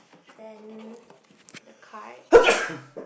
then the card